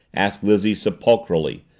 asked lizzie sepulchrally,